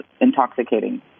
intoxicating